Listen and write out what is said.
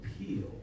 appeal